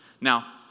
Now